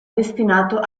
destinato